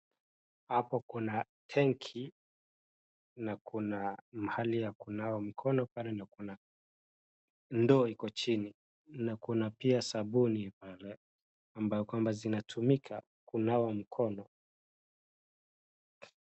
Hapo kuna tenki na kuna mahali ya kunawa mikono pale ndio kuna ndoo iko chini na kuna pia sabuni pale kwamba ya kwamba zinatumika kunawa mikono.